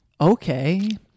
Okay